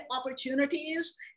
opportunities